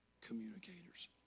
communicators